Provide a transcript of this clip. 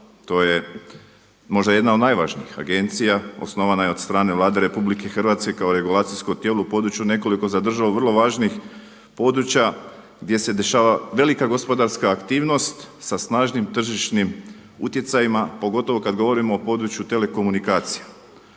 To je možda jedna od najvažnijih agencija. Osnovana je od strane Vlade RH kao regulacijsko tijelo u području nekoliko za državu vrlo važnih područja gdje se dešava velika gospodarska aktivnost sa snažnim tržišnim utjecajima pogotovo kad govorimo o području telekomunikacija.